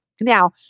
Now